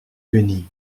guenilles